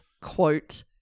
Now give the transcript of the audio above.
quote